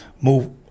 move